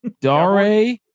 Dare